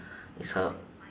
is her